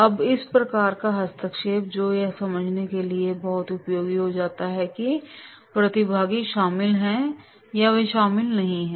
अब इस प्रकार का हस्तक्षेप जो यह समझने के लिए बहुत उपयोगी हो जाता है कि प्रतिभागी शामिल हैं या वे शामिल नहीं हैं